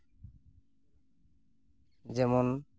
ᱡᱮᱢᱚᱱ